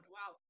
Wow